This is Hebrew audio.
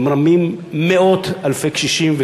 ומרמים מאות אלפי קשישים,